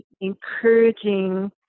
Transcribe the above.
encouraging